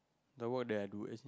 the work that I do is